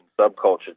subculture